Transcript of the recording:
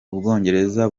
ubwongereza